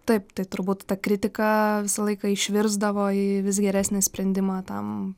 taip tai turbūt ta kritika visą laiką išvirsdavo į vis geresnį sprendimą tam